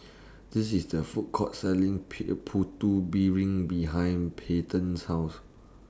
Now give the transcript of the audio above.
This IS The Food Court Selling Putu Piring behind Payton's House